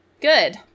Good